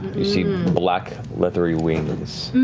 you see black leathery wings,